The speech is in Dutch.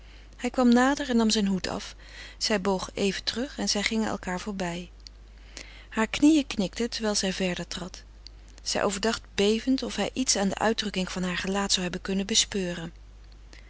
hij kwam nader en nam zijn hoed af zij boog even terug en zij gingen elkaâr voorbij hare knieën knikten terwijl zij verder trad zij overdacht bevend of hij iets aan de uitdrukking van haar gelaat zou hebben kunnen bespeuren